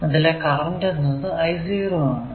അതിലെ കറന്റ് എന്നത് I0 ആണ്